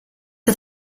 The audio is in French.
est